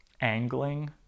angling